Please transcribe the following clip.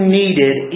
needed